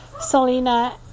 Selena